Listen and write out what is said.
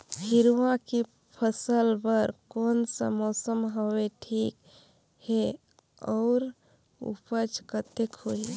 हिरवा के फसल बर कोन सा मौसम हवे ठीक हे अउर ऊपज कतेक होही?